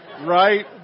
right